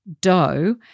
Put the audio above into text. dough